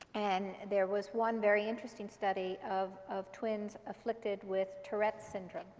and there was one very interesting study of of twins afflicted with tourette's syndrome,